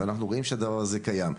ואנחנו רואים שהדבר הזה קיים,